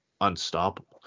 unstoppable